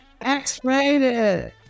X-rated